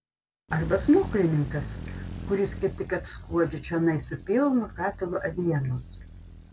arba smuklininkas kuris kaip tik atskuodžia čionai su pilnu katilu avienos